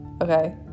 okay